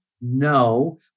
No